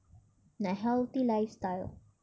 nak healthy lifestyle